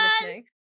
listening